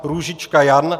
Růžička Jan